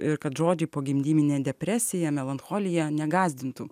ir kad žodžiai pogimdyminė depresija melancholija negąsdintų